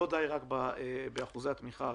ולא די רק באחוזי התמיכה הרגילים.